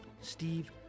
Steve